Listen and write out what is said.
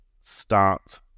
start